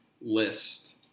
list